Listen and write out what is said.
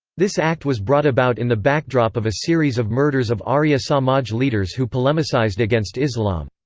this act was brought about in the backdrop of a series of murders of arya samaj leaders who polemicized against islam.